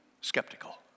skeptical